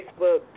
Facebook